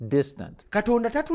distant